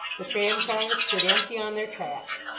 the tram-cars stood empty on their tracks,